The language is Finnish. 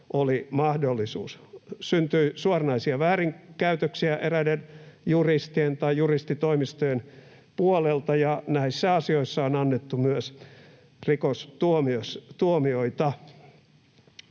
oli mahdollisuus. Syntyi suoranaisia väärinkäytöksiä eräiden juristien tai juristitoimistojen puolelta, ja näissä asioissa on annettu myös rikostuomioita.